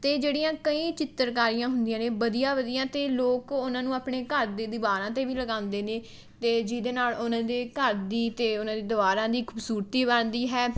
ਅਤੇ ਜਿਹੜੀਆਂ ਕਈ ਚਿੱਤਰਕਾਰੀਆਂ ਹੁੰਦੀਆਂ ਨੇ ਵਧੀਆ ਵਧੀਆ ਅਤੇ ਲੋਕ ਉਹਨਾਂ ਨੂੰ ਆਪਣੇ ਘਰ ਦੇ ਦੀਵਾਰਾਂ 'ਤੇ ਵੀ ਲਗਾਉਂਦੇ ਨੇ ਅਤੇ ਜਿਹਦੇ ਨਾਲ਼ ਉਹਨਾਂ ਦੇ ਘਰ ਦੀ ਅਤੇ ਉਹਨਾਂ ਦੀ ਦੀਵਾਰਾਂ ਦੀ ਖੂਬਸੂਰਤੀ ਬਣਦੀ ਹੈ